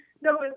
No